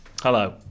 Hello